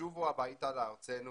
שובו הביתה לארצנו